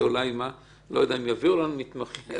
אני לא יודע אם יביאו מתמחים.